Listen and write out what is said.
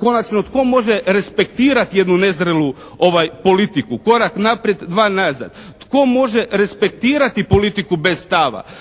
Konačno, tko može respektirati jednu nezrelu politiku, korak naprijed dva nazad? Tko može respektirati politiku bez stava?